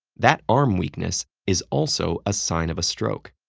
that arm weakness is also a sign of a stroke.